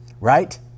right